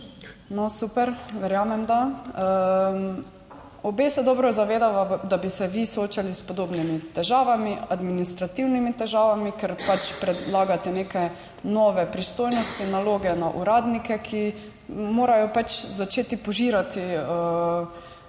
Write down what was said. No, super, verjamem, da. Obe se dobro zavedava, da bi se vi soočali s podobnimi težavami, administrativnimi težavami, ker pač predlagate neke nove pristojnosti, naloge na uradnike, ki morajo pač začeti požirati vse